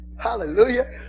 Hallelujah